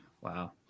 Wow